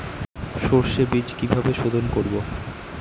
সর্ষে বিজ কিভাবে সোধোন করব?